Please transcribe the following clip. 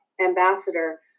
ambassador